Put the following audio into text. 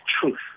truth